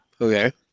Okay